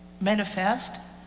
manifest